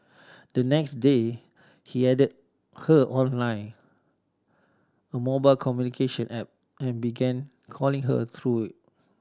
the next day he added her on Line a mobile communication app and began calling her through